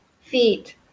feet